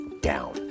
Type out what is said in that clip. down